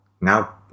now